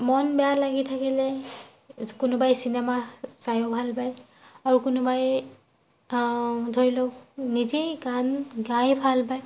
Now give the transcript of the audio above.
মন বেয়া লাগি থাকিলে কোনোবাই চিনেমা চায়ো ভাল পায় আৰু কোনোবাই ধৰি লওক নিজেই গান গাই ভাল পায়